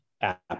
app